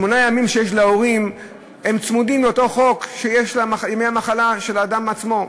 שמונת הימים שיש להורים צמודים לאמור בחוק דמי מחלה בנוגע לאדם עצמו,